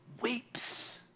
weeps